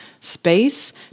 space